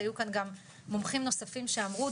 היו כאן גם מומחים נוספים שאמרו,